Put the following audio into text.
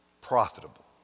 profitable